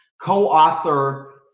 co-author